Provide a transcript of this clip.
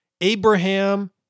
Abraham